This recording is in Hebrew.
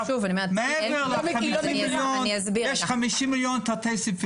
מעבר ל-50 מיליון שקלים, יש תתי סעיפים.